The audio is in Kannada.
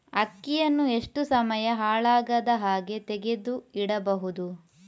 ಅಕ್ಕಿಯನ್ನು ಎಷ್ಟು ಸಮಯ ಹಾಳಾಗದಹಾಗೆ ತೆಗೆದು ಇಡಬಹುದು?